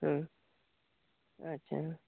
ᱟᱪᱪᱷᱟ